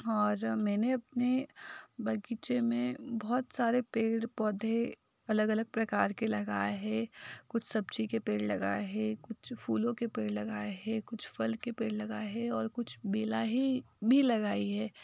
और मैंने अपने बगीचे में बहोत सारे पेड़ पौधे अगल अलग प्रकार के लगाए हैं कुछ सब्ज़ी के पेड़ लगाए हैं कुछ फूलों के पेड़ लगाए हैं कुछ फल के पेड़ लगाए हैं और कुछ बेला ही भी लगाए हैं